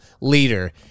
leader